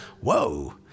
whoa